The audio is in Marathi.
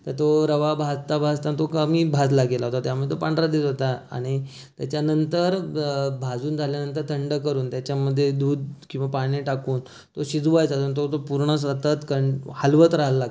तर तो रवा भाजता भाजता तो कमी भाजला गेला होता त्यामुळं तो पांढरा दिसत होता आणि तेच्यानंतर भाजून झाल्यानंतर थंड करून तेच्यामध्ये दूध किंवा पाणी टाकून तो शिजवायचा नंतर तो पूर्ण सतत कं हलवत राहायला लागतं